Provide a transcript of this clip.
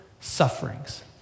sufferings